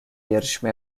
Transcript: yarışma